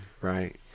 right